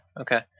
Okay